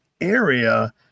area